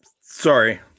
Sorry